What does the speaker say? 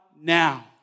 now